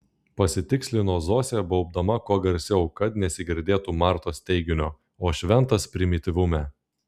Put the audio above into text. pasitikslino zosė baubdama kuo garsiau kad nesigirdėtų martos teiginio o šventas primityvume